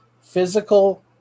physical